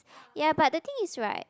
ya but the thing is right